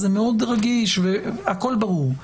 זה מאוד רגיש והכל ברור.